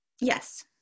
yes